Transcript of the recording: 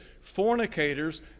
Fornicators